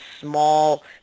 small